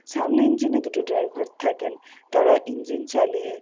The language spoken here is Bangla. সামনে ইঞ্জিনে দুটো ড্রাইভার থাকেন তারা ইঞ্জিন চালিয়ে